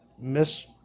Miss